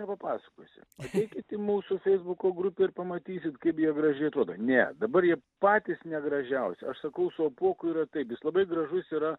nepapasakosi ateikit į mūsų feisbuko grupę ir pamatysit kaip jie gražiai atrodo ne dabar jie patys negražiausi aš sakau su apuoku yra taip jis labai gražus yra